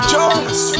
Jones